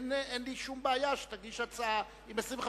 אין לי שום בעיה שתגיש הצעה עם 25,